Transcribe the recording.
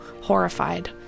horrified